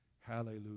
Hallelujah